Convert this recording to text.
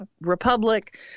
Republic